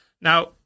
Now